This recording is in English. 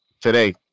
today